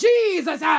Jesus